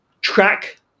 Track